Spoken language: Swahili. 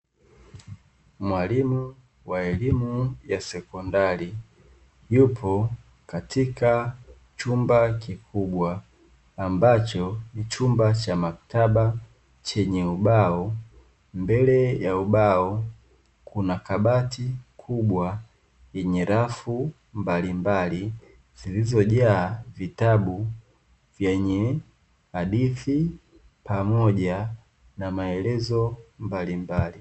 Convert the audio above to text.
Mwalimu wa elimu ya sekondari yupo katika chumba kikubwa ambacho ni chumba cha maktaba chenye ubao, mbele ya ubao kuna kabati kubwa yenye rafu mbalimbali zilizojaa vitabu vyenye hadithi pamoja na maelezo mbalimbali.